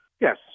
yes